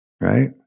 right